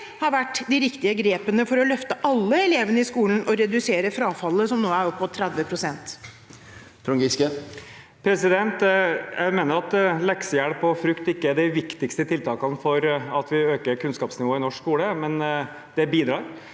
har vært de riktige grepene for å løfte alle elevene i skolen og redusere frafallet, som nå er på opp mot 30 pst.? Trond Giske (A) Jeg mener at leksehjelp og frukt ikke er de viktigste tiltakene for å øke kunnskapsnivået i norsk skole – men det bidrar.